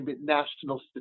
national